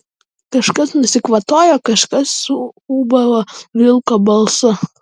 kažkas nusikvatojo kažkas suūbavo vilko balsu